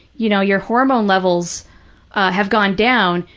you know, your hormone levels have gone down,